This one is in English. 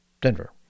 Denver